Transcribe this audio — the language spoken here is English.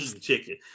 chicken